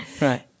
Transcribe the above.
right